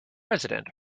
president